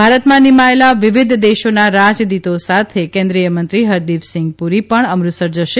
ભારતમાં નિમાયેલા વિવિધ દેશોના રાજદૂતો સાથે કેન્દ્રિયમંત્રી હરદીપ સિંઘ પુરી પણ અમૃતસર જશે